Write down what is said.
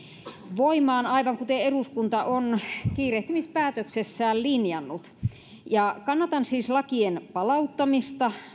voimaan aivan kuten eduskunta on kiirehtimispäätöksessään linjannut kannatan siis lakien palauttamista